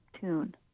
tune